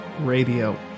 Radio